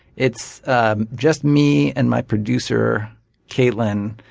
it's ah just me and my producer kaitlin,